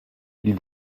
ils